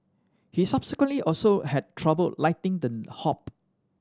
he subsequently also had trouble lighting them hob